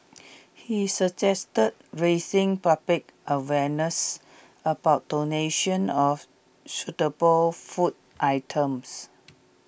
he suggested raising public awareness about donations of suitable food items